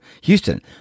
Houston